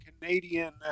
Canadian